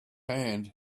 hand